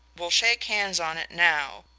we'll shake hands on it now.